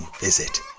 visit